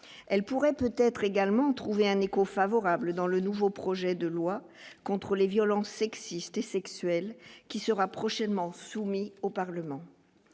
elle pourrait peut-être également trouvé un écho favorable dans le nouveau projet de loi contre les violences sexistes et sexuelles qui sera prochainement soumis au Parlement